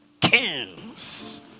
kings